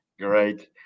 Great